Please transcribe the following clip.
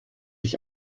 ich